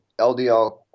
LDL